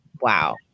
Wow